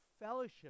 fellowship